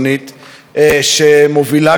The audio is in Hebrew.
שמובילה כאן את הקואליציה.